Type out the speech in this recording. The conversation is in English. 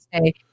say